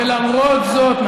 ולמרות זאת,